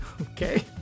Okay